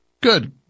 Good